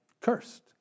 cursed